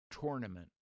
Tournament